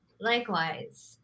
Likewise